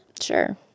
Sure